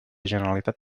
generalitat